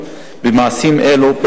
חומרת העונשים שניתנים היום בעבירות של